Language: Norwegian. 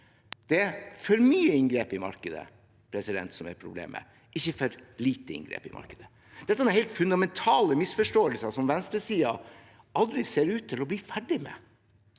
Det er for mye inngrep i markedet som er problemet, ikke for lite inngrep i markedet. Dette er helt fundamentale misforståelser som venstresiden aldri ser ut til å bli ferdig med.